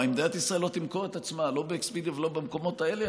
אם מדינת ישראל לא תמכור את עצמה לא באקספדיה ולא במקומות האלה,